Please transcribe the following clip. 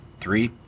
Three